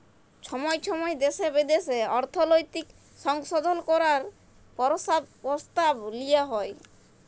ছময় ছময় দ্যাশে বিদ্যাশে অর্থলৈতিক সংশধল ক্যরার পরসতাব লিয়া হ্যয়